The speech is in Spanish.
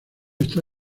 está